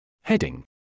Heading